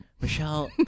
michelle